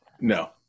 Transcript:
No